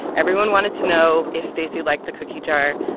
everyone wanted to know if stacey liked the cookie jar.